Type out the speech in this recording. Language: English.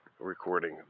recording